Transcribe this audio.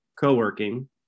co-working